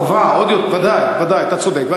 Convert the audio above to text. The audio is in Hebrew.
החובה, ודאי, אתה צודק.